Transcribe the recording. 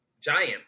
giant